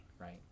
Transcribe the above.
right